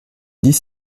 dix